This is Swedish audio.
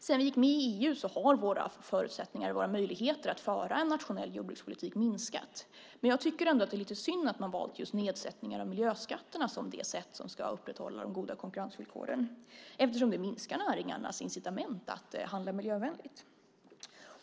Sedan vi gick med i EU har våra förutsättningar och våra möjligheter att föra en nationell jordbrukspolitik minskat, men jag tycker ändå att det är lite synd att man har valt just nedsättningar av miljöskatterna som det sätt som ska upprätthålla de goda konkurrensvillkoren, eftersom det minskar näringarnas incitament att handla miljövänligt.